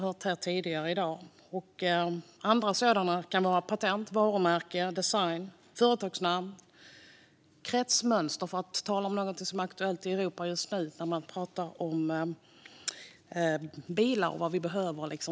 Annat som ingår är patent, varumärke, design, företagsnamn och kretsmönster - för att tala om något som är aktuellt i Europa just nu apropå detaljer för biltillverkning.